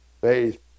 faith